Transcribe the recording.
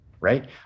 right